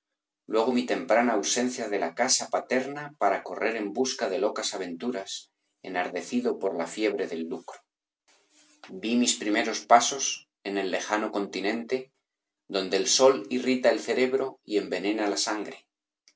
luego mi temprana ausencia de la casa paterna para correr en busca de locas aventuras enardecido por la fiebre del lucro vi mis primeros pasos en el lejano continente donde b pérez galdós el sol irrita el cerebro y envenena la sangre